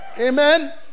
Amen